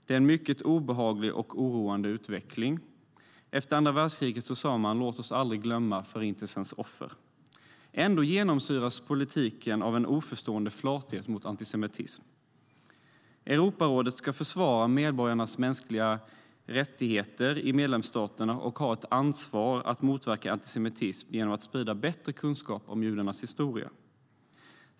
Det är en mycket obehaglig och oroande utveckling. Efter andra världskriget sa man: Låt oss aldrig glömma Förintelsens offer. Ändå genomsyras politiken av oförstående och flathet mot antisemitism. Europarådet ska försvara medborgarnas mänskliga rättigheter i medlemsstaterna och har ett ansvar att motverka antisemitism genom att sprida bättre kunskap om judarnas historia.